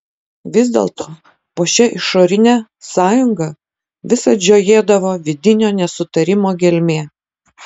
vis dėlto po šia išorine sąjunga visad žiojėdavo vidinio nesutarimo gelmė